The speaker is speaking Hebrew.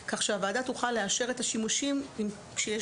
כך שהוועדה תוכל לאשר את השימושים כשיש